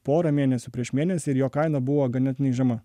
porą mėnesių prieš mėnesį ir jo kaina buvo ganėtinai žema